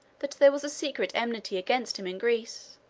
that there was a secret enmity against him in greece,